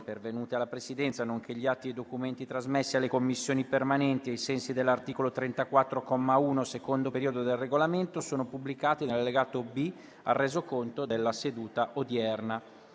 pervenute alla Presidenza, nonché gli atti e i documenti trasmessi alle Commissioni permanenti ai sensi dell'articolo 34, comma 1, secondo periodo, del Regolamento sono pubblicati nell'allegato B al Resoconto della seduta odierna.